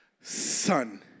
son